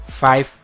five